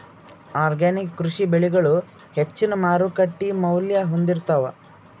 organic ಕೃಷಿ ಬೆಳಿಗಳು ಹೆಚ್ಚಿನ್ ಮಾರುಕಟ್ಟಿ ಮೌಲ್ಯ ಹೊಂದಿರುತ್ತಾವ